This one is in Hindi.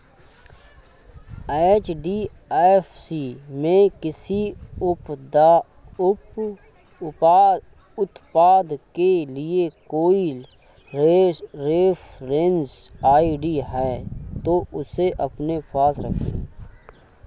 एच.डी.एफ.सी में किसी उत्पाद के लिए कोई रेफरेंस आई.डी है, तो उसे अपने पास रखें